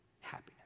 happiness